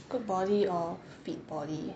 good body or fit body